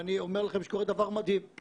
ואני אומר לכם שקורה דבר מדהים.